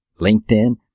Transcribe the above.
LinkedIn